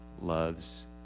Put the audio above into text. loves